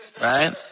right